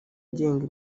agenga